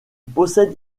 possède